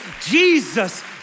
Jesus